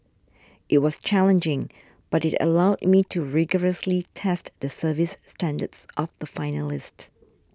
it was challenging but it allowed me to rigorously test the service standards of the finalist